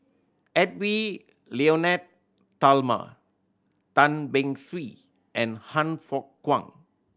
Edwy Lyonet Talma Tan Beng Swee and Han Fook Kwang